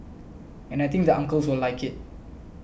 and I think the uncles will like it